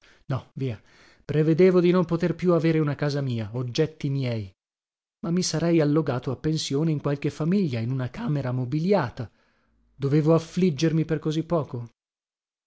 no via prevedevo di non poter più avere una casa mia oggetti miei ma mi sarei allogato a pensione in qualche famiglia in una camera mobiliata dovevo affliggermi per così poco